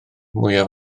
mwyaf